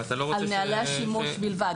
על נהלי השימוש בלבד.